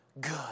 good